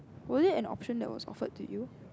was it an option that was offered to you